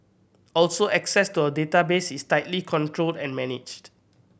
also access to our database is tightly controlled and managed